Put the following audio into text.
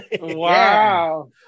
Wow